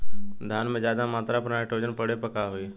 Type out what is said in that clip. धान में ज्यादा मात्रा पर नाइट्रोजन पड़े पर का होई?